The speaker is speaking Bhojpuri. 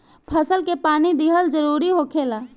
फसल के पानी दिहल जरुरी होखेला